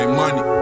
money